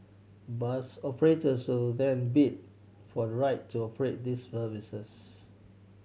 bus operators then bid for the right to operate these services